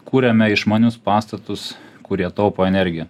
kuriame išmanius pastatus kurie taupo energiją